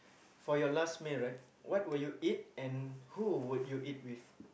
for your last meal right what will you eat and who will you eat with